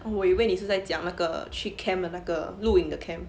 我以为你是在讲那个去 camp 的那个露营的 camp